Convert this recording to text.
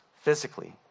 physically